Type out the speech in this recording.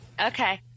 Okay